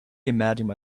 imagining